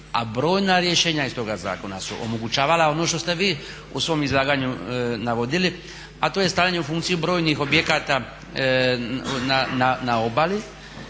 A brojna rješenja iz toga zakona su omogućavala ono što ste vi u svom izlaganju navodili, a to je stavljanje u funkciju brojnih objekata na obali,